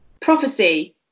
Prophecy